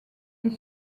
est